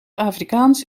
afrikaans